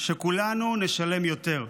שכולנו נשלם יותר,